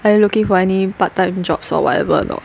are you looking for any part time jobs or whatever or not